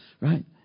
Right